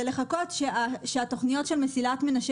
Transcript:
זה לחכות שהתוכניות של מסילת מנשה